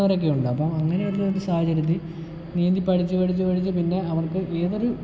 നീന്തുന്നവരൊക്കെയുണ്ട് അപ്പോൾ അങ്ങനെയൊരു സാഹചര്യത്തിൽ നീന്തി പഠിച്ച് പഠിച്ച് പഠിച്ച് പിന്നെ അവർക്ക് ഏതൊരു